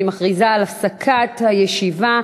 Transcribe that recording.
אני מכריזה על הפסקת הישיבה.